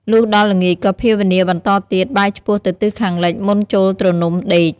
លុះដល់ល្ងាចក៏ភាវនាបន្ដទៀត បែរឆ្ពោះទៅទិសខាងលិចមុនចូលទ្រនំដេក។